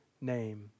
name